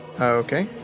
Okay